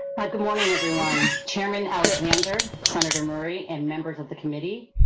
hi, good morning, everyone, chairman alexander, senator murray and members of the committee,